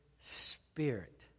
spirit